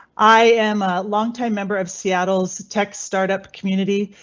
i am a longtime member of seattle's tech startup community,